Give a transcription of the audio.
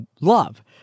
love